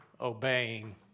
obeying